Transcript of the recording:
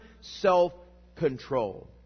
self-control